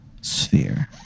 sphere